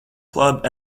club